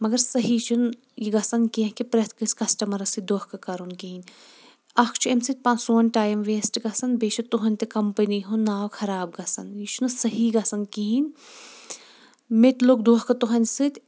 مگر صحیٖح چھُنہٕ یہِ گژھان کیٚنٛہہ کہ پرٛٮ۪تھ کأنٛسہِ کسٹمرس سۭتۍ دونکھہٕ کرُن کہیٖنۍ اکھ چھُ أمہِ سۭتۍ سون ٹایم ویسٹ گژھان بیٚیہِ چھُ تُہنٛدِ کمپنی ہُنٛد ناو خراب گژھان یہِ چھُنہٕ صحیٖح گژھان کہیٖنۍ مےٚ تہِ لوٚگ دونکھہٕ تُۂنٛدۍ سۭتۍ